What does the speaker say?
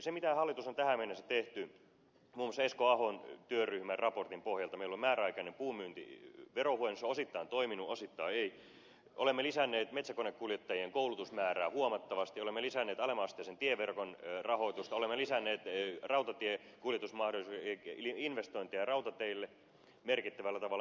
se mitä hallitus on tähän mennessä tehnyt muun muassa esko ahon työryhmän raportin pohjalta on se että meillä on määräaikainen puunmyyntiverohuojennus se on osittain toiminut osittain ei olemme lisänneet metsäkonekuljettajien koulutusmäärää huomattavasti olemme lisänneet alemman asteisen tieverkon rahoitusta ja olemme lisänneet rautatiekuljetusmahdollisuuksia eli investointeja rautateille merkittävällä tavalla